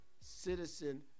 citizen